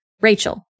Rachel